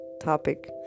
topic